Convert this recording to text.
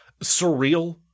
Surreal